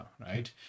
right